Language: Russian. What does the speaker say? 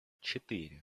четыре